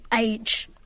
age-